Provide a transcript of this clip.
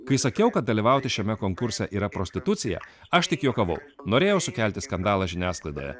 kai sakiau kad dalyvauti šiame konkurse yra prostitucija aš tik juokavau norėjau sukelti skandalą žiniasklaidoje